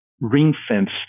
ring-fenced